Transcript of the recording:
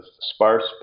sparse